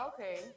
Okay